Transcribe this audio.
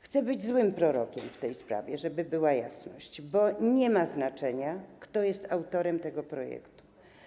chcę być złym prorokiem w tej sprawie, żeby była jasność, bo nie ma znaczenia, kto jest autorem tego projektu.